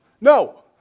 No